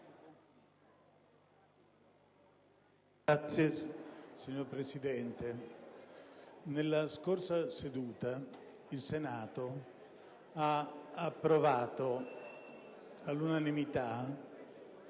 *(PD)*. Signor Presidente, nella scorsa seduta il Senato ha approvato all'unanimità